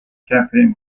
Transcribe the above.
campaign